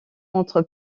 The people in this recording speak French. entre